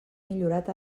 millorat